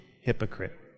hypocrite